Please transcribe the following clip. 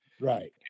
Right